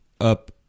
up